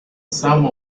some